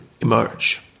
emerge